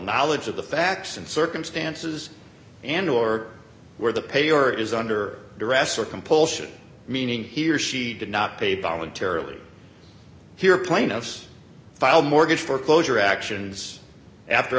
knowledge of the facts and circumstances and or where the payer is under duress or compulsion meaning he or she did not pay voluntarily here plaintiffs filed mortgage foreclosure actions after